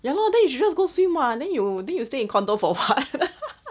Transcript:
ya lor then you should just go swim what then you then you will stay in condo for what